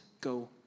Go